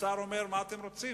השר אומר: מה אתם רוצים?